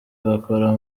agakora